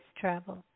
travel